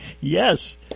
Yes